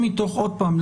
עוד פעם,